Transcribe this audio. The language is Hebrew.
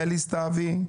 אלי סתוי,